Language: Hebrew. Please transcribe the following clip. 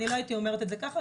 לא הייתי אומרת את זה כך,